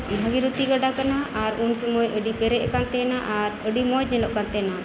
ᱵᱷᱟᱜᱤ ᱨᱚᱛᱤ ᱜᱟᱰᱟ ᱠᱟᱱᱟ ᱟᱨ ᱩᱱᱥᱩᱢᱟᱹᱭ ᱟᱹᱰᱤᱛᱮᱫ ᱯᱮᱨᱮᱡ ᱟᱠᱟᱱ ᱛᱟᱦᱮᱱᱟ ᱟᱹᱰᱤ ᱢᱚᱪ ᱧᱮᱞᱚᱜ ᱠᱟᱱᱛᱟᱦᱮᱱᱟ